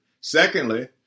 Secondly